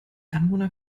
anwohner